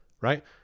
Right